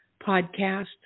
podcast